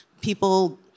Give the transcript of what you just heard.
People